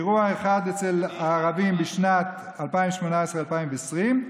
אירוע אחד אצל הערבים בשנים 2018 2020,